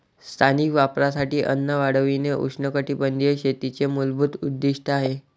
स्थानिक वापरासाठी अन्न वाढविणे उष्णकटिबंधीय शेतीचे मूलभूत उद्दीष्ट आहे